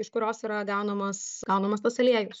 iš kurios yra gaunamas gaunamas tas aliejus